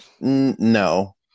no